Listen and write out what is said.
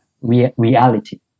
Reality